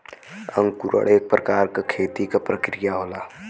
अंकुरण एक प्रकार क खेती क प्रक्रिया होला